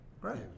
Right